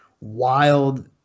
wild